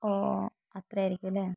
ഓ അത്ര ആയിരിക്കുമല്ലേ